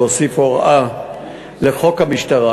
להוסיף הוראה לחוק המשטרה,